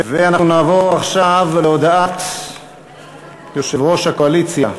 אנחנו נעבור עכשיו להודעת יושב-ראש הקואליציה.